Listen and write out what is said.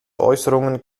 äußerungen